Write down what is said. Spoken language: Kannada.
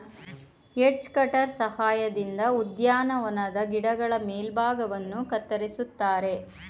ಎಡ್ಜ ಕಟರ್ ಸಹಾಯದಿಂದ ಉದ್ಯಾನವನದ ಗಿಡಗಳ ಮೇಲ್ಭಾಗವನ್ನು ಕತ್ತರಿಸುತ್ತಾರೆ